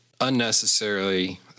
unnecessarily